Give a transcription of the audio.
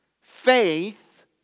Faith